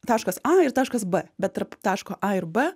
taškas a ir taškas b bet tarp taško a ir b